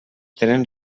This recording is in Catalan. tenen